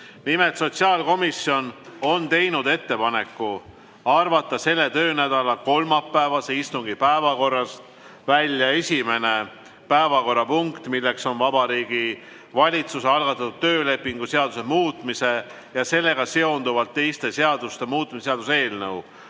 Nimelt, sotsiaalkomisjon on teinud ettepaneku arvata selle töönädala kolmapäevase istungi päevakorrast välja esimene päevakorrapunkt, milleks on Vabariigi Valitsuse algatatud töölepingu seaduse muutmise ja sellega seonduvalt teiste seaduste muutmise seaduse eelnõu